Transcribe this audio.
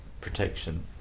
protection